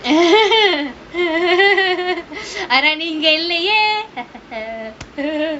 ஆனா நீ இங்க இல்லையே:aanaa nee inga illayae